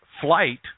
flight